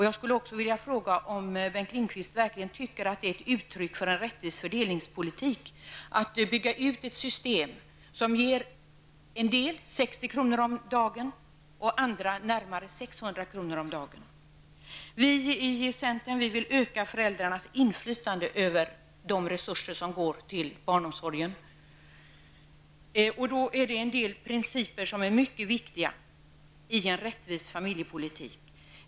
Jag skulle också vilja fråga om Bengt Lindqvist verkligen tycker att det är ett uttryck för en rättvis fördelningspolitik att bygga ut ett system som ger en del 60 kronor om dagen och andra närmare 600 Vi i centern vill öka föräldrarnas inflytande över de resurser som går till barnomsorgen. Det är en del principer som är mycket viktiga i en rättvis familjepolitik.